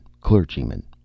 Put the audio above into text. clergyman